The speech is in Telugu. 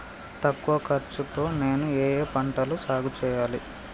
తక్కువ ఖర్చు తో నేను ఏ ఏ పంటలు సాగుచేయాలి?